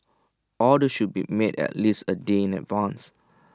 orders should be made at least A day in advance